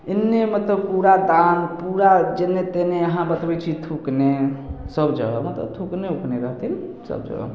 एन्ने मतलब कूड़ादान कूड़ा जेन्ने तेन्ने अहाँ बतबै छी थुकने सब जगह मतलब थुकने उकने रहथिन सब जगह